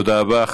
תודה רבה.